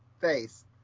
face